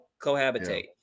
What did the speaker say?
cohabitate